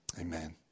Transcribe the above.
Amen